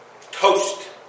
toast